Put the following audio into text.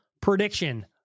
prediction